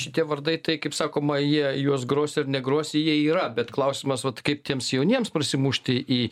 šitie vardai tai kaip sakoma jie juos grosi negrosi jie yra bet klausimas vat kaip tiems jauniems prasimušti į